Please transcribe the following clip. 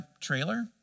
trailer